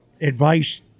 advice